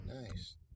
Nice